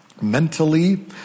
mentally